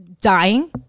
Dying